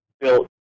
built